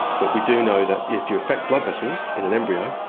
but we do know that if you affect blood vessels in an embryo,